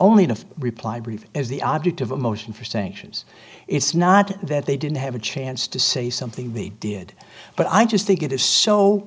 only to reply brief as the object of a motion for sanctions it's not that they didn't have a chance to say something they did but i just think it is so